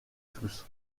tous